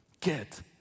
Get